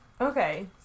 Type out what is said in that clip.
Okay